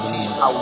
Jesus